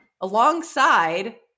alongside